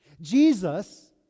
Jesus